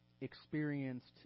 experienced